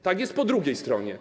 Tak jest po drugiej stronie.